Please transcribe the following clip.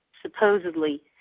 supposedly